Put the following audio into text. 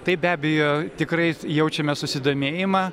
tai be abejo tikrai jaučiame susidomėjimą